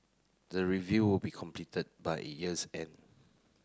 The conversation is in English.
the review will be completed by year's end